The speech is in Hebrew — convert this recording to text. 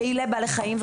פעילי בעלי החיים,